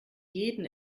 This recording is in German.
jeden